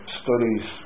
studies